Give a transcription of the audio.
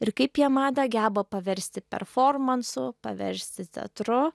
ir kaip jie madą geba paversti performansu paversti teatru